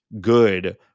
good